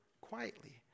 quietly